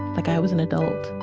like i was an adult